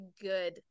good